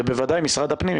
ובוודאי משרד הפנים,